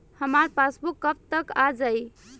हमार पासबूक कब तक आ जाई?